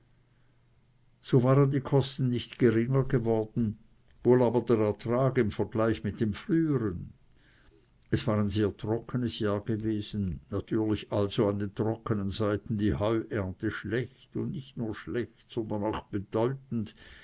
so waren die kosten nicht geringer geworden wohl aber der ertrag im vergleich mit dem frühern es war ein sehr trockenes jahr gewesen natürlich also an den trockenen seiten die heuernte schlecht und nicht nur schlecht sondern auch bedeutend